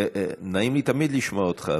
נעים לי תמיד לשמוע אותך,